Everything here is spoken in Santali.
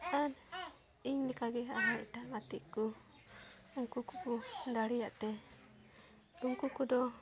ᱟᱨ ᱤᱧ ᱞᱮᱠᱟᱜᱮ ᱦᱟᱜ ᱮᱴᱟᱜ ᱜᱟᱛᱮ ᱠᱚ ᱩᱱᱠᱩ ᱠᱚᱠᱚ ᱫᱟᱲᱮᱭᱟᱜ ᱛᱮ ᱩᱱᱠᱩ ᱠᱚᱫᱚ